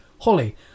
holly